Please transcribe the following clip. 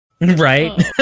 Right